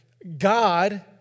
God